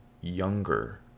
younger